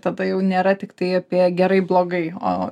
tada jau nėra tiktai apie gerai blogai o